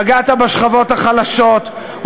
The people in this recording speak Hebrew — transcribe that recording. פגעת בשכבות החלשות,